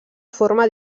forma